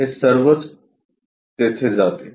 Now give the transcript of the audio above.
तर हे सर्व तेथेच जाते